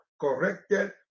corrected